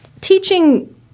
teaching